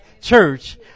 church